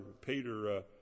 Peter